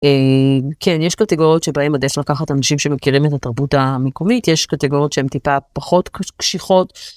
כן, יש קטגוריות שבהם עדיף לקחת אנשים שמכירים את התרבות המקומית יש קטגוריות שהן טיפה פחות קשיחות.